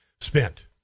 spent